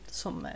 som